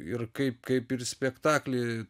ir kaip kaip ir spektakly